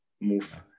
move